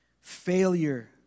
failure